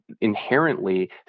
inherently